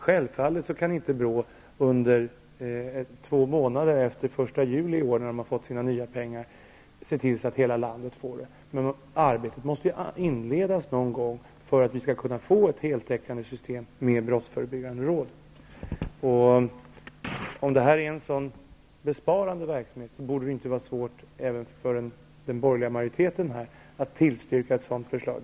Självfallet kan inte BRÅ under två månader efter den 1 juli i år när BRÅ har fått sina nya pengar se till att hela landet får lokala brottsförebyggande råd. Arbetet måste ju inledas någon gång för att vi skall kunna få ett heltäckande system med brottsförebyggande råd. Om detta är en verksamhet som innebär stora besparingar, borde det inte vara så svårt för den borgerliga majoriteten att tillstyrka ett sådant förslag.